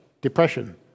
depression